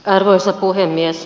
arvoisa puhemies